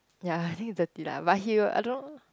ya I think it's dirty la but he will I don't know